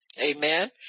Amen